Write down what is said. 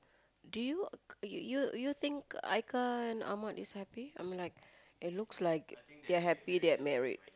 do you you you think Aika and Admad is happy I am like it looks like they are happy they are married